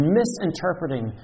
misinterpreting